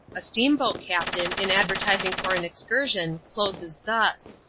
a steamboat-captain, in advertising for an excursion, closes thus